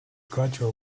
gradual